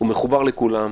הוא מחובר לכולם,